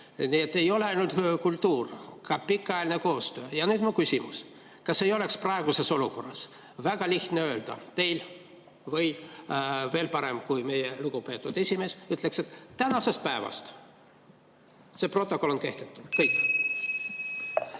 Nii et ei ole ainult kultuur, ka pikaajaline koostöö. Ja nüüd mu küsimus: kas ei oleks praeguses olukorras väga lihtne öelda teil või veel parem, kui meie lugupeetud esimees ütleks, et tänasest päevast see protokoll on kehtetu? Kõik.